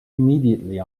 immediately